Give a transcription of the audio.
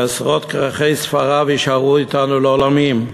עשרות כרכי ספריו יישארו אתנו לעולמים.